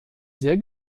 sehr